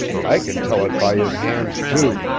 i can tell it by his hands, too!